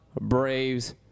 Braves